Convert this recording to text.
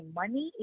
money